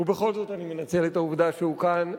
ובכל זאת אני מנצל את העובדה שהוא כאן.